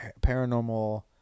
Paranormal